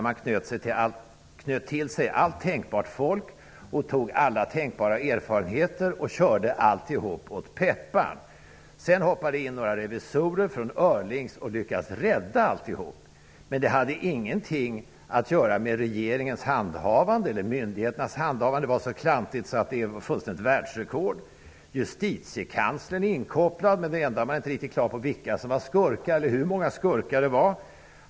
Man knöt till sig allt tänkbart folk, tog alla tänkbara erfarenheter och körde alltihop åt pepparn. Sedan hoppade det in några revisorer från Öhrlings och lyckades rädda alltihop. Att man lyckades med det hade alltså ingenting att göra med regeringens handhavande eller myndigheternas handhavande -- det var så klantigt att det var ett fullständigt världsrekord i klantighet. Justitiekanslern är inkopplad, men det enda man inte är riktigt på det klara med är vilka som var skurkar eller hur många skurkar det var fråga om.